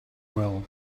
well